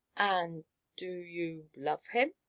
and do you love him?